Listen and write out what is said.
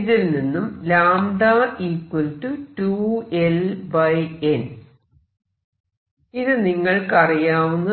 ഇതിൽനിന്നും ഇത് നിങ്ങൾക്കറിയാവുന്നതാണ്